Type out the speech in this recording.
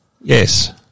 Yes